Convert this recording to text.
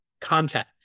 content